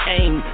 aim